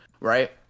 Right